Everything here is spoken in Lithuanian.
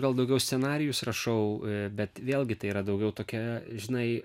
gal daugiau scenarijus rašau bet vėlgi tai yra daugiau tokia žinai